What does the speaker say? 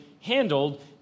handled